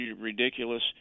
ridiculous